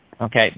okay